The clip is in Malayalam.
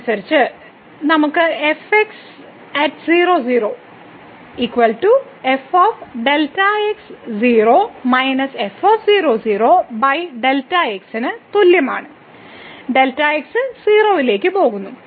നിർവചനം അനുസരിച്ച് നമുക്ക് ന് തുല്യമാണ് Δx 0 ലേക്ക് പോകുന്നു